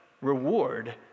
reward